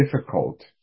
difficult